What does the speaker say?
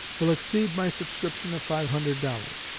will exceed my subscription of five hundred dollars.